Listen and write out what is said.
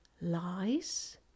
lies